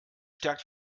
stärkt